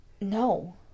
No